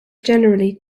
generally